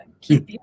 keep